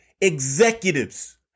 executives